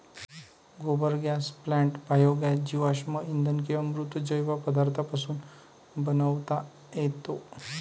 गोबर gas plant biogas जीवाश्म इंधन किंवा मृत जैव पदार्थांपासून बनवता येतो